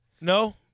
No